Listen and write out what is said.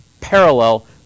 parallel